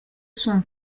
son